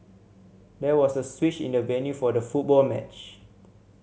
there was a switch in the venue for the football match